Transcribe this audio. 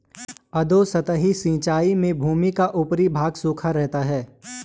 अधोसतही सिंचाई में भूमि का ऊपरी भाग सूखा रहता है